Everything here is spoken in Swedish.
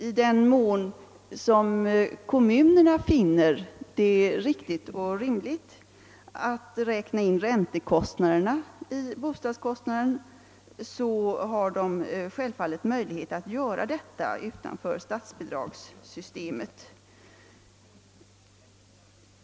I den mån kommunerna finner det riktigt och rimligt att räkna in räntekostnaderna i bostadskostnaden har de självfallet möjlighet att göra detta utanför statsbidragssystemet.